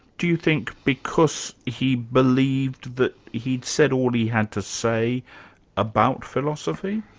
do you think, because he believed that he'd said all he had to say about philosophy?